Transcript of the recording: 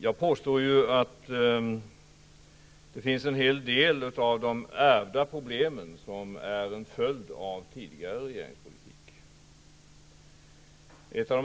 Jag påstod att det finns en hel del ärvda problem, som är en följd av tidigare regeringspolitik.